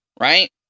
right